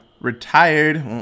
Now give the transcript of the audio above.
retired